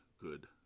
good